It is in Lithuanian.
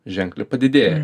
ženkliai padidėja